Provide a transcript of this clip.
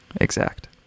exact